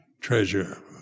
treasure